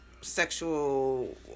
sexual